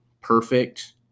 perfect